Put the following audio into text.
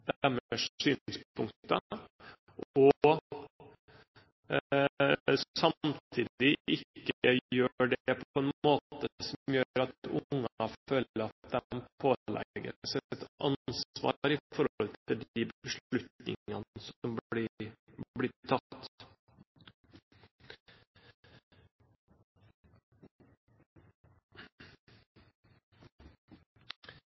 samtidig ikke gjøre det på en måte som gjør at unger føler at de pålegges et ansvar for de beslutningene som blir tatt. Barnefordelingssaker er, som